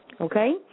Okay